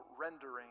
rendering